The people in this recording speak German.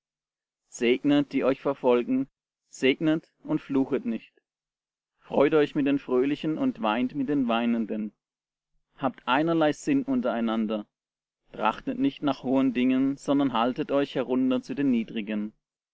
segnet die euch verfolgen segnet und fluchet nicht freut euch mit den fröhlichen und weint mit den weinenden habt einerlei sinn untereinander trachtet nicht nach hohen dingen sondern haltet euch herunter zu den niedrigen